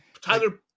Tyler